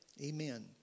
Amen